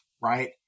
right